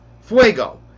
Fuego